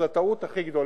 זו הטעות הכי גדולה,